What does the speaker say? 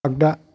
आगदा